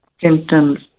symptoms